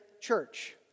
Church